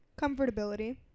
comfortability